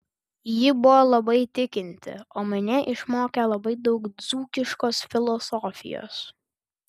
ji buvo labai tikinti o mane išmokė labai daug dzūkiškos filosofijos